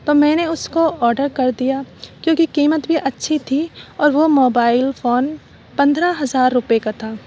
تو میں نے اس کو آڈر کر دیا کیونکہ قیمت بھی اچھی تھی اور وہ موبائل فون پندرہ ہزار روپئے کا تھا